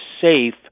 safe